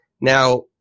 Now